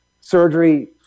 surgery